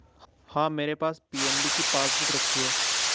हाँ, मेरे पास पी.एन.बी की पासबुक रखी है